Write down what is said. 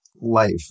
life